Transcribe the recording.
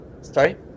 sorry